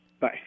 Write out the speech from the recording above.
Bye